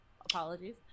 Apologies